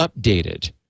updated